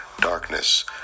darkness